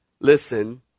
Listen